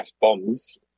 bombs